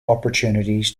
opportunities